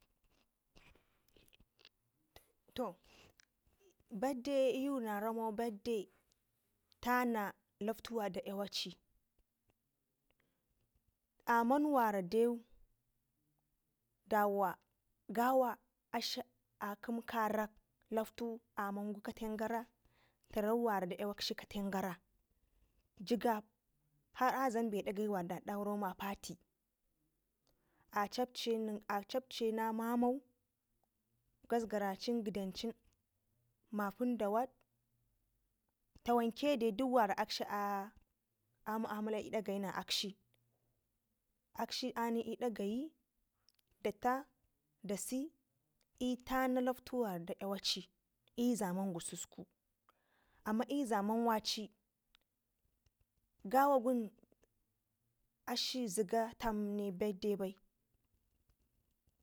To birthday iyu naramo birthday tana loktu wara da ya waci amman wara dau dawa gawa akshi akumu karak loktu anamangu kapengara tira wara da yawakshi ka ten gara jigab har a dlam be dakai war a dak daurau ma party a capcin a capacin mamau gasgarancin gidanaucin mapind a wad tawake dai dik war a akshi a muamala i'dak gayi na akshi, akshi aani i'dak gayi data dasi i tana loktu wara da ya waci i'zaman gusku amma i'zaman waci gawawun akshi ziga tam ne birthday bai.